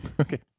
Okay